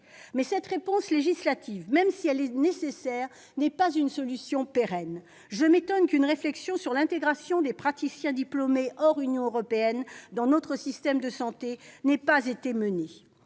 Mais cette réponse législative, même si elle est nécessaire, n'est pas une solution pérenne. Je m'étonne qu'une réflexion sur l'intégration des praticiens diplômés hors Union européenne dans notre système de santé n'ait pas été menée